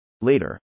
Later